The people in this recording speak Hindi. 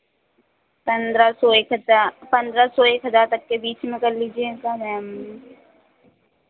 पंद्रह सौ एक हजार पंद्रह सौ एक हज़ार तक के बीच में कर लीजियेगा मैम